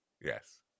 Yes